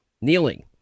kneeling